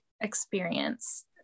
experience